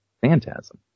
phantasm